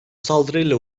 saldırıyla